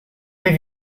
baie